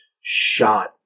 shot